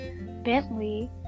Bentley